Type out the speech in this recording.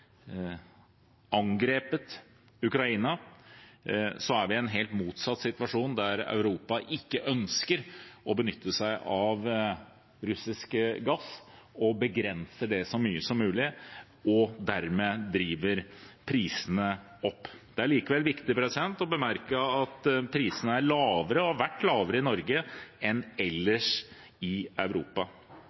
angrepet Ukraina, i en helt motsatt situasjon, der Europa ikke ønsker å benytte seg av russisk gass og vil begrense det så mye som mulig. Dermed drives prisene opp. Det er likevel viktig å bemerke at prisene er, og har vært, lavere enn ellers i Europa. I den situasjonen vi er i, der Europa